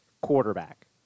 quarterback